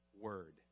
word